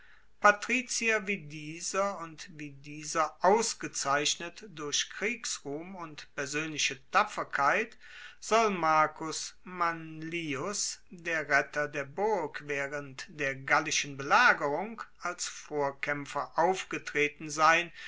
patrizier wie dieser und wie dieser ausgezeichnet durch kriegsruhm und persoenliche tapferkeit soll marcus manlius der retter der burg waehrend der gallischen belagerung als vorkaempfer aufgetreten sein